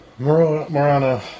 Morana